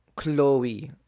Chloe